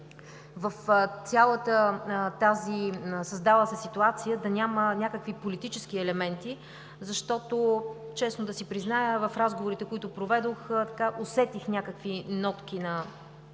надявам в създалата се ситуация да няма някакви политически елементи, защото, честно да си призная, в разговорите, които проведох, усетих нотки на